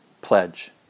pledge